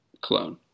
clone